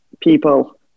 people